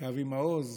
שאבי מעוז,